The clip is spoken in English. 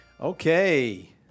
Okay